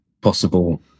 possible